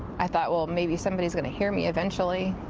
i thought, well, maybe somebody is going to hear me eventually.